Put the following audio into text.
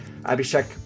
Abhishek